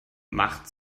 macht